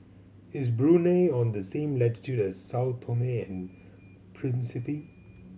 is Brunei on the same latitude as Sao Tome and Principe